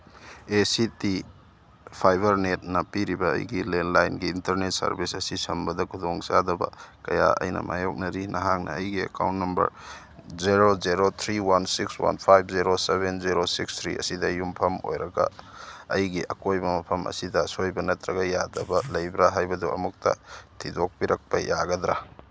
ꯑꯦ C T fibre ꯅꯦꯠꯅ ꯄꯤꯔꯤꯕ ꯑꯩꯒꯤ ꯂꯦꯟꯂꯥꯏꯟꯒꯤ ꯏꯟꯇꯔꯅꯦꯠ ꯁꯔꯚꯤꯁ ꯑꯁꯤ ꯁꯝꯕꯗ ꯈꯨꯗꯣꯡꯆꯥꯗꯕ ꯀꯌꯥ ꯑꯩꯅ ꯃꯥꯌꯣꯛꯅꯔꯤ ꯅꯍꯥꯛꯅ ꯑꯩꯒꯤ account number zero zero three one six one five zero seven zero six three ꯑꯁꯤꯗ ꯌꯨꯝꯐꯝ ꯑꯣꯏꯔꯒ ꯑꯩꯒꯤ ꯑꯀꯣꯏꯕ ꯃꯐꯝ ꯑꯁꯤꯗ ꯑꯁꯣꯏꯕ ꯅꯠꯇ꯭ꯔꯒ ꯌꯥꯗꯕ ꯂꯩꯕ꯭ꯔꯥ ꯍꯥꯏꯕꯗꯨ ꯑꯃꯨꯛꯇ ꯊꯤꯗꯣꯛꯄꯤꯔꯛꯄ ꯌꯥꯒꯗ꯭ꯔ